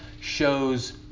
shows